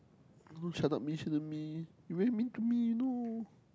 don't shut up me shut up me you very mean to me you know